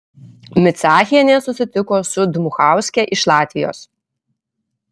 micachienė susitiko su dmuchauske iš latvijos